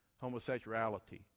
homosexuality